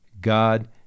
God